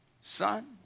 son